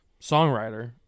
songwriter